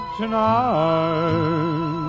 tonight